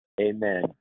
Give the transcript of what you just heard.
amen